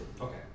Okay